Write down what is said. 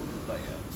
but ya